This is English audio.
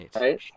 Right